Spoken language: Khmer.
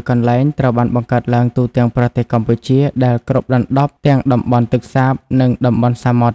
៦ កន្លែង ត្រូវបានបង្កើតឡើងទូទាំងប្រទេសកម្ពុជាដែលគ្របដណ្ដប់ទាំងតំបន់ទឹកសាប និងតំបន់សមុទ្រ។